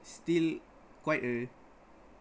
still quite a